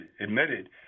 admitted